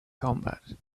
combat